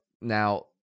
Now